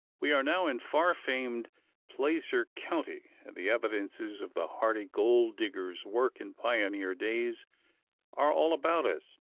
we are now in far-famed placer county, and the evidences of the hardy gold diggers' work in pioneer days are all about us.